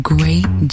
Great